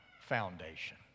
foundation